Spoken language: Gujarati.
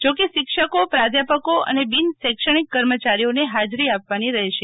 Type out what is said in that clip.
જો કે શિક્ષકો પ્રાધ્યાપકો અને બિન શૈક્ષણિક કર્મચારીઓને હાજરી આપવાની રહેશે